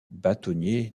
bâtonnier